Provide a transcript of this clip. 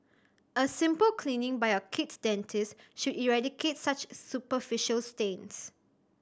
a simple cleaning by your kid's dentist should eradicate such superficial stains